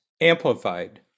amplified